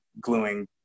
gluing